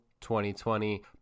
2020